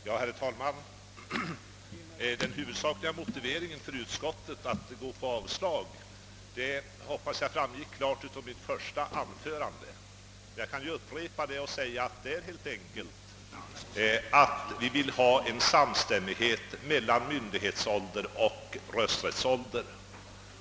Herr talman! Den huvudsakliga motiveringen till utskottets avslagsyrkande framgick, hoppas jag, klart av mitt första anförande. Jag kan upprepa och säga att motiveringen helt enkelt är att vi vill ha samstämmighet mellan myndighetsålder och rösträttsålder.